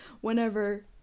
whenever